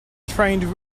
trained